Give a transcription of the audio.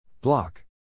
Block